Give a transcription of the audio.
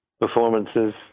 performances